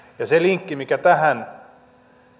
se linkki tähän